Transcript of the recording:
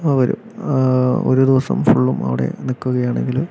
വരും ഒരു ദിവസം ഫുള്ളും അവിടെ നിൽക്കുകയാണെങ്കില്